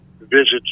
visits